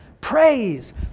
praise